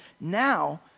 now